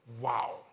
wow